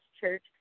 Church